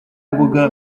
mbuga